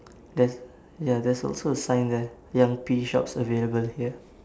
there's ya there's also a sign there young pea shops available here